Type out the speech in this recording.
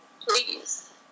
Please